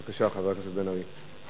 בבקשה, חבר הכנסת בן-ארי.